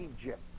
Egypt